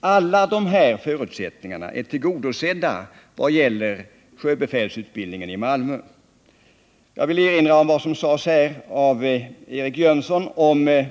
Alla dessa förutsättningar är tillgodosedda vad gäller sjöbefälsutbildningen i Malmö. Jag vill erinra om vad Eric Jönsson sade beträffande fördelningen